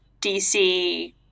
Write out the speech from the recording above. DC